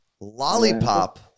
Lollipop